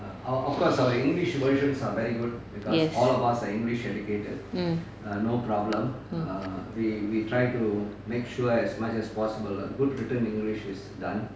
yes mm mm